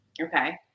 Okay